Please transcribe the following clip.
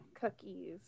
cookies